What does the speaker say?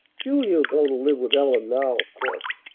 julia'll go to live with ellen now, of course.